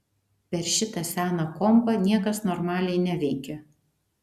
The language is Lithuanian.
per šitą seną kompą niekas normaliai neveikia